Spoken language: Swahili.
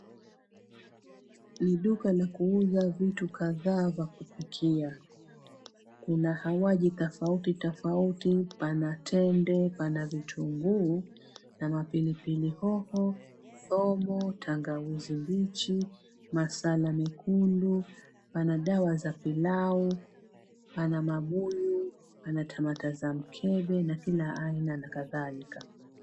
Ni duka la kuuza vitu kadhaa vya kupikia. Kuna hawaji tofauti tofauti, pana tende, pana vitunguu na mapilipili hoho, thomo tangawizi mbichi, masala mekundu pana dawa za pilau, pana mabuyu pana tamata za mkebe na kila aina na kadhalika.